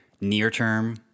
near-term